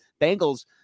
Bengals